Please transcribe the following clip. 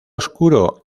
oscuro